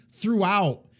throughout